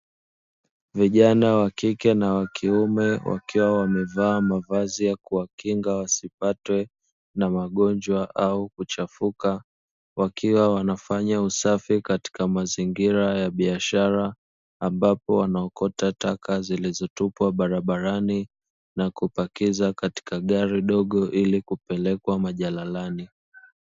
Vijana wa kike na wa kiume wakiwa wamevaa mavazi ya kuwakinga wasipatwe na magonjwa au kuchafuka, wakiwa wanafanya usafi katika mazingira ya biashara, ambapo wanaokota taka zilizotupwa barabarani na kuzipakiza katika gari dogo ili kupelekwa majalalani.